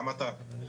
גם אתה.